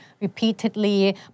repeatedly